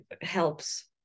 helps